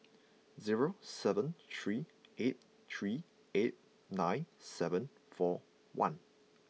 zero seven three eight three eight nine seven four one